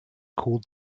called